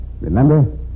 Remember